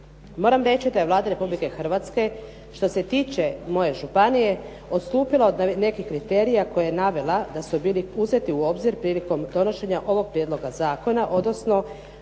Moram reći da je Vlada Republike Hrvatske što se tiče moje županije odstupila od nekih kriterija koje je navela da su bili uzeti u obzir prilikom donošenja ovog prijedloga zakona, odnosno